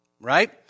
right